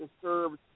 disturbed